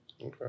Okay